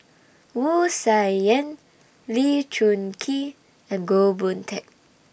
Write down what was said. Wu Tsai Yen Lee Choon Kee and Goh Boon Teck